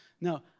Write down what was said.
no